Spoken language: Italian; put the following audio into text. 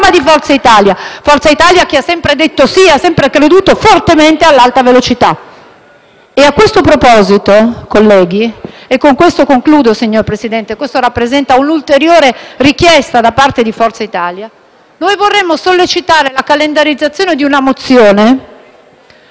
di Forza Italia, che ha sempre detto sì e creduto fortemente nell'Alta velocità. A questo proposito, colleghi - e con questo concludo, signor Presidente, perché rappresenta un'ulteriore richiesta da parte di Forza Italia - vorremmo sollecitare la calendarizzazione di una mozione